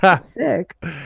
sick